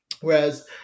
Whereas